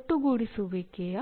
ಒಟ್ಟುಗೂಡಿಸುವಿಕೆಯ